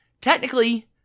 Technically